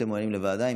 אתם מעוניינים בוועדה?